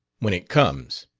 when it comes.